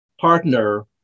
partner